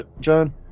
John